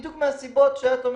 בדיוק מהסיבות שציינת,